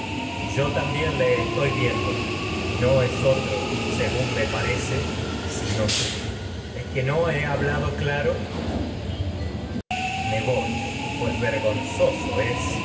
y también le estoy viendo y no otro según me parece claro sino tú es que no he habla do menelao tere me voy pues vergonzoso es